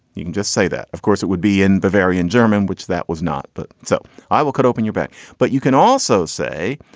you can just say that. of course it would be in bavarian german, which that was not. but so i will cut open your back but you can also say,